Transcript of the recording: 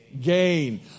gain